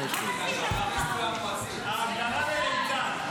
ההגדרה לליצן.